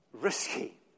risky